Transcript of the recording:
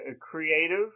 creative